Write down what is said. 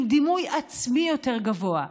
עם דימוי עצמי יותר גבוה,